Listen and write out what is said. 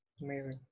Amazing